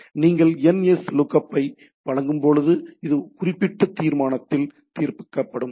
எனவே நீங்கள் nslookup ஐ வழங்கும்போது அது குறிப்பிட்ட தீர்மானத்தில் தீர்க்கப்படும்